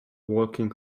walking